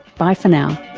bye for now